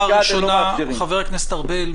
חבר הכנסת ארבל,